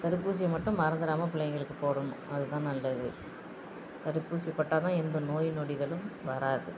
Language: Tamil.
தடுப்பூசியை மட்டும் மறந்துராம பிள்ளைங்களுக்கு போடணும் அது தான் நல்லது தடுப்பூசி போட்டா தான் எந்த நோய் நொடிகளும் வராது